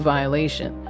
Violation